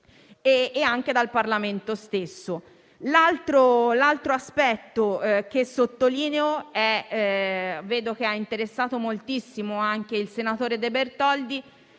anche del Parlamento. L'altro aspetto che sottolineo - vedo che ha interessato moltissimo anche il senatore De Bertoldi